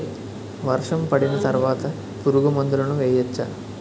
వర్షం పడిన తర్వాత పురుగు మందులను వేయచ్చా?